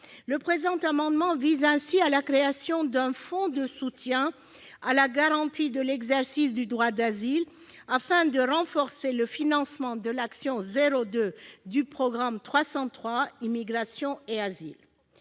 Le présent amendement vise à créer un fonds de soutien à la garantie de l'exercice du droit d'asile, afin de renforcer le financement de l'action n° 02 du programme 303, « Immigration et asile